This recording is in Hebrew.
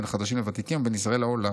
בין חדשים לוותיקים ובין ישראל לעולם.